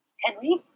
Henry